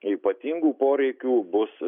ypatingų poreikių bus